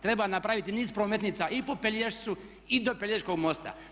Treba napraviti niz prometnica i po Pelješcu i do Pelješkog mosta.